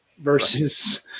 versus